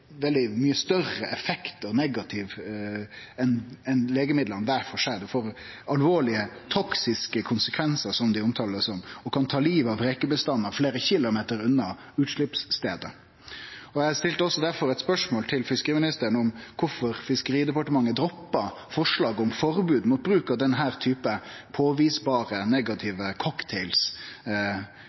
veldig mykje større og negativ effekt enn legemidla kvar for seg. Det får alvorlege toksiske konsekvensar, som dei omtaler det som, og kan ta livet av rekebestandar fleire kilometer unna utsleppsstaden. Eg stilte difor eit spørsmål til fiskeriministeren om kvifor Fiskeridepartementet droppa forslag om forbod mot bruk av denne typen påviseleg negative